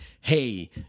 hey